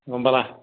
গম পালা